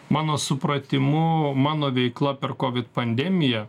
mano supratimu mano veikla per covid pandemiją